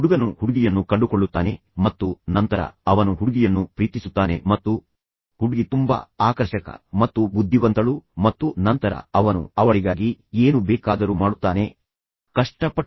ಹುಡುಗನು ಹುಡುಗಿಯನ್ನು ಕಂಡುಕೊಳ್ಳುತ್ತಾನೆ ಮತ್ತು ನಂತರ ಅವನು ಹುಡುಗಿಯನ್ನು ಪ್ರೀತಿಸುತ್ತಾನೆ ಮತ್ತು ಹುಡುಗಿ ತುಂಬಾ ಆಕರ್ಷಕ ಮತ್ತು ಬುದ್ಧಿವಂತಳು ಮತ್ತು ನಂತರ ಅವನು ಅವಳಿಗಾಗಿ ಏನು ಬೇಕಾದರೂ ಮಾಡುತ್ತಾನೆ ಅವನು ಪರ್ವತಗಳನ್ನು ಚಲಿಸುತ್ತಾನೆ ಅವನು ಈ ಎಲ್ಲಾ ಕೆಲಸಗಳನ್ನು ಮಾಡುತ್ತಾನೆ